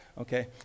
Okay